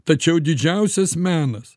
tačiau didžiausias menas